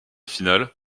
finale